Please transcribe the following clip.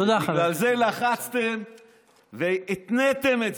תודה, חבר הכנסת אמסלם.